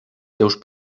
seus